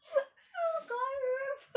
oh